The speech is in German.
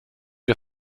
wir